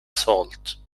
salt